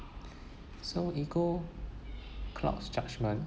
so ego clouds judgment